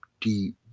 deep